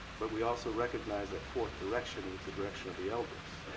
but we also recognize that fourth direction was the direction of the elders.